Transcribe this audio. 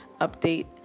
update